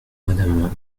madame